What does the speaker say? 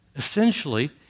Essentially